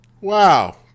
Wow